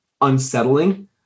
unsettling